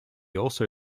also